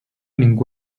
ningú